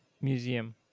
museum